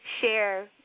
share